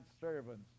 servants